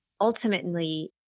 ultimately